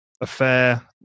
affair